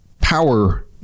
power